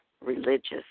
religious